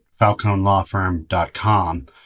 falconelawfirm.com